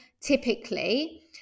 typically